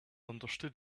understood